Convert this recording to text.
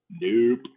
Nope